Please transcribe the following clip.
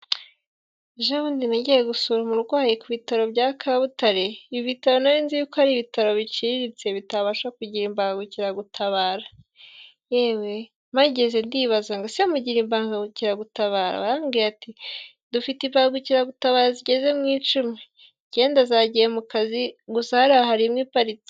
Ejobundi nagiye gusura umurwayi ku bitaro bya kabutare, ibitaro narinzi yuko ko ari ibitaro biciriritse bitabasha kugira imbagukiragutabara, yewe mpageze ndibaza ngo ese mugira imbangukiragutabara barambwira bati" dufite imbagukiragutabaza zigeze mu icumi, icyenda zagiye mu kazi gusa hariya hari imwe iparitse".